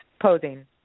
posing